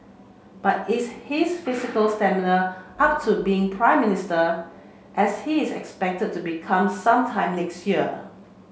but is his physical stamina up to being Prime Minister as he is expected to become some time next year